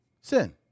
Sin